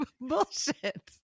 Bullshit